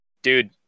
Dude